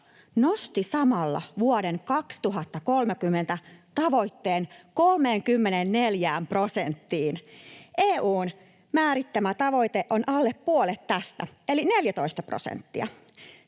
nosti samalla vuoden 2030 tavoitteen 34 prosenttiin. EU:n määrittämä tavoite on alle puolet tästä eli 14 prosenttia.